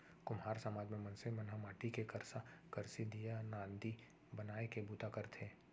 कुम्हार समाज म मनसे मन ह माटी के करसा, करसी, दीया, नांदी बनाए के बूता करथे